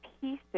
pieces